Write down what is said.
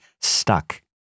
stuck